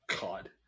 God